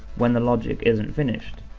when the logic isn't finished.